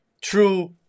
true